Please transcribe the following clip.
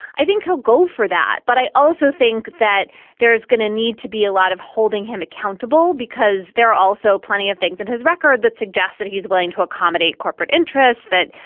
i think he'll go for that. but i also think that there is going to need to be a lot of holding him accountable, because there are also plenty of things in his record that suggest that he's willing to accommodate corporate interests, that,